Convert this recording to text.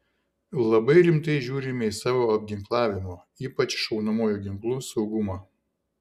labai rimtai žiūrime į savo apginklavimo ypač šaunamuoju ginklu saugumą